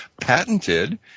patented